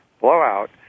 blowout